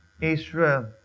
Israel